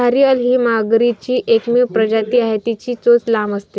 घारीअल ही मगरीची एकमेव प्रजाती आहे, तिची चोच लांब असते